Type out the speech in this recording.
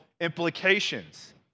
implications